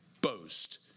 boast